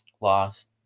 lost